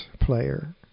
player